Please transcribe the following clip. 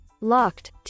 locked